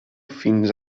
fins